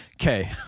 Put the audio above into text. okay